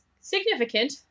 significant